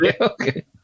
Okay